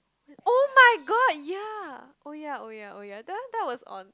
oh-my-god ya oh ya oh ya oh ya that that was on